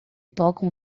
tocam